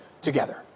together